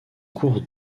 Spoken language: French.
cours